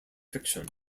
fiction